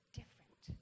different